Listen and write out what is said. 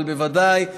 אבל בוודאי תומר,